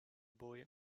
boy